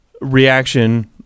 reaction